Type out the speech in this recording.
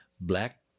black